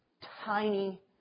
tiny